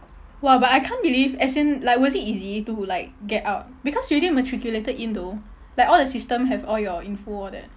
!wah! but I can't believe as in like was it easy to like get out because you already matriculated in though like all the system have all your info all that